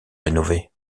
rénovée